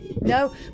No